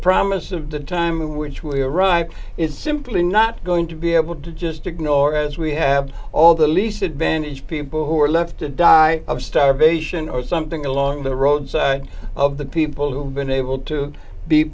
promise of the time in which we are right is simply not going to be able to just ignore as we have all the least advantaged people who are left to die of starvation or something along the roadside of the people who have been able to be